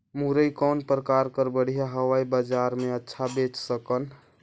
मुरई कौन प्रकार कर बढ़िया हवय? बजार मे अच्छा बेच सकन